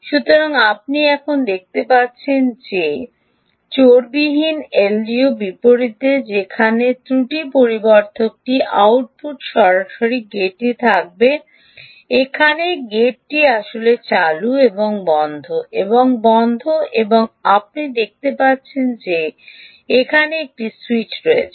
সুতরাং আপনি এখন দেখতে পাচ্ছেন যে চর্বিহীন এলডিওর বিপরীতে যেখানে ত্রুটি পরিবর্ধকটির আউটপুট সরাসরি গেটটি আঁকবে এখানে গেটটি আসলে চালু এবং বন্ধ এবং বন্ধ এবং আপনি দেখতে পাচ্ছেন যে এখানে একটি সুইচ রয়েছে